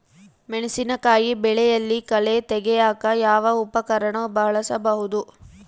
ಮೆಣಸಿನಕಾಯಿ ಬೆಳೆಯಲ್ಲಿ ಕಳೆ ತೆಗಿಯಾಕ ಯಾವ ಉಪಕರಣ ಬಳಸಬಹುದು?